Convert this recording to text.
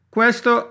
Questo